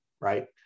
right